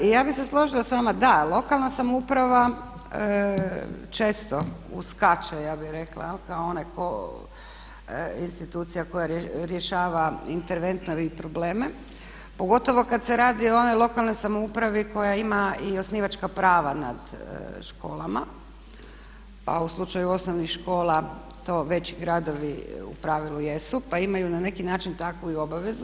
Ja bih se složila s vama, da, lokalna samouprava često uskače ja bih rekla kao ona institucija koja rješava interventne probleme pogotovo kad se radi o onoj lokalnoj samoupravi koja ima i osnivačka prava nad školama pa u slučaju osnovnih škola to veći gradovi u pravilu jesu pa imaju na neki način takvu i obavezu.